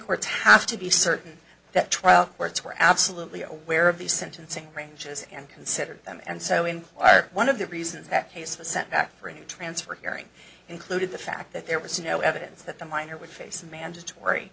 courts have to be certain that trial courts were absolutely aware of these sentencing ranges and considered them and so in one of the reasons that case of a setback for a new transfer hearing included the fact that there was no evidence that the minor would face a mandatory